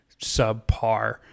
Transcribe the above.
subpar